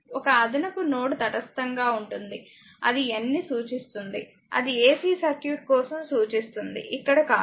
ఒక అదనపు నోడ్ తటస్థంగా ఉంటుంది అది n ని చూస్తుంది అది AC సర్క్యూట్ కోసం చూస్తుంది ఇక్కడ కాదు